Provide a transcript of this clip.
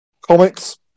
comics